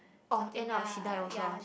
orh end up she die also ah